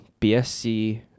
BSC